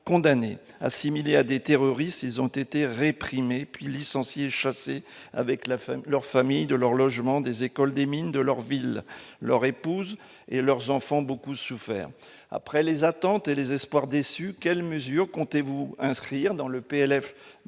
condamnés, assimilés à des terroristes, ils ont été réprimées puis licencié chasser avec la fin de leur famille, de leur logement, des écoles des mines de leur ville lors épouses et leurs enfants ont beaucoup souffert après les attentes et les espoirs déçus : quelles mesures comptez-vous inscrire dans le PLF